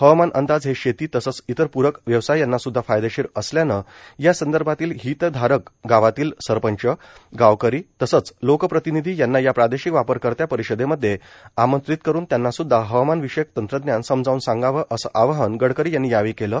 हवामान अंदाज हे शेती तसंच इतर प्रक व्यवसाय यांना सुद्धा फायदेशीर असल्यानं या संदर्भातील हितधारक गावातील सरपंच गावकरी तसेच लोकप्रतिनिधी यांना या प्रादेशिक वापरकर्त्या परिषदेमध्ये आमंत्रीत करून त्यांना सुदधा हवामानविषयक तंत्रज्ञान समजावून सांगावं असं आवाहन गडकरी यांनी यावेळी केलं